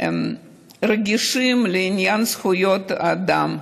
רגישים לעניין זכויות אדם,